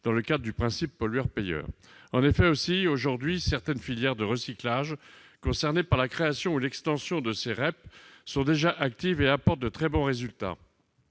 dans le cadre du principe pollueur-payeur. En effet, aujourd'hui, certaines filières de recyclage concernées par la création ou l'extension de ces REP sont déjà actives et apportent de très bons résultats.